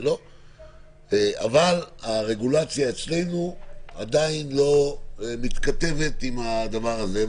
אבל הרגולציה אצלנו עדיין לא מתכתבת עם הדבר הזה,